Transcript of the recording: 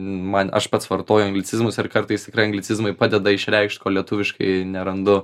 man aš pats vartoju anglicizmus ir kartais tikrai anglicizmai padeda išreikšt ko lietuviškai nerandu